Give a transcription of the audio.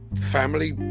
family